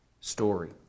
story